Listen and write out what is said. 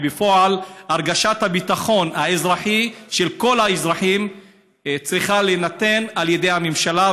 ובפועל הרגשת הביטחון האזרחי של כל האזרחים צריכה להינתן על ידי הממשלה,